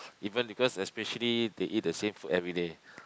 even because especially they eat the same food everyday